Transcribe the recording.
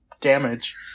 damage